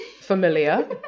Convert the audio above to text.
familiar